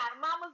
Mama's